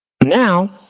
now